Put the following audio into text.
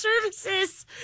services